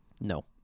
No